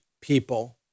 people